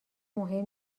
مهم